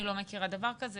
אני לא מכירה דבר הזה.